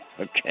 Okay